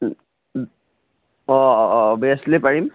অ' অ' অভিয়াছলি পাৰিম